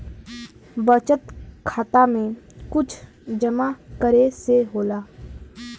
बचत खाता मे कुछ जमा करे से होला?